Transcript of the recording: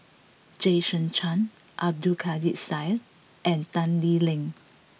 Jason Chan Abdul Kadir Syed and Tan Lee Leng